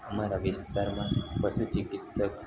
અમારા વિસ્તારમાં પશુ ચિકિત્સક